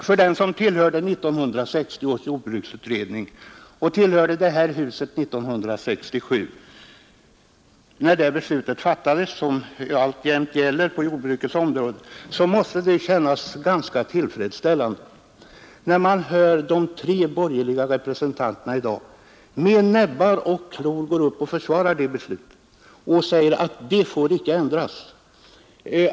För dem som tillhörde 1960 års jordbruksutredning och var med i riksdagen när vi fattade 1967 års jordbruksbeslut, som alltjämt gäller, måste det ha varit tillfredsställande att höra de tre borgerliga representanterna i dag med näbbar och klor försvara det beslutet och säga att det får inte ändras.